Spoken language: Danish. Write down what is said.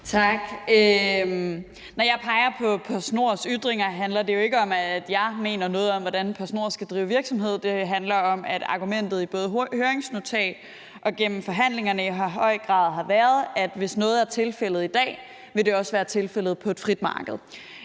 Tak. Når jeg peger på PostNords ytringer, handler det jo ikke om, at jeg mener noget om, hvordan PostNord skal drive virksomhed, men det handler om, at argumentet i både høringsnotatet og igennem forhandlingerne i høj grad har været, at hvis noget er tilfældet i dag, vil det også være tilfældet på et frit marked.